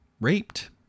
raped